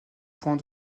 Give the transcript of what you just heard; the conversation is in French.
point